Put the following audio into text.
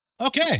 Okay